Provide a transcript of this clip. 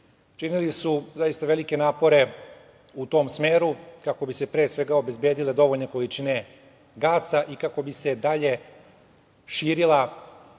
činili su zaista velike napore u tom smeru, kako bi se, pre svega, obezbedile dovoljne količine gasa i kako bi se dalje širila